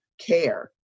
care